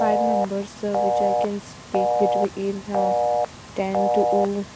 five numbers which I can speak between ten to